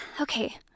Okay